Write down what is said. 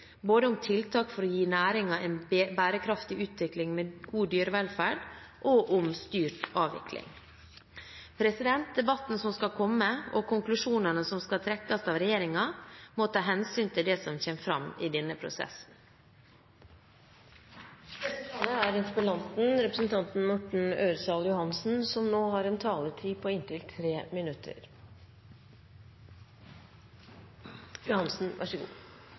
både om tiltak for å gi næringen en bærekraftig utvikling med god dyrevelferd og om styrt avvikling. Debatten som skal komme, og konklusjonene som skal trekkes av regjeringen, må ta hensyn til det som kommer fram i denne prosessen. Jeg takker statsråden for svaret og er glad for at statsråden tar dyrevelferd på alvor. Jeg har